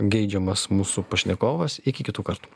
geidžiamas mūsų pašnekovas iki kitų kartų